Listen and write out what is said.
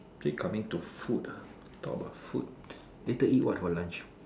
actually coming to food ah talk about food later eat what for lunch